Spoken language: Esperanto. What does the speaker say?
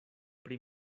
pri